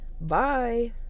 Bye